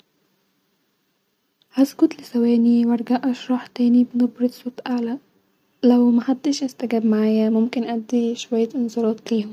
هسكت لثواني-وهرجع اشرح تاني بنبره صوت اعلي-لو محدش استحاب معايا هادي شويه إنذارت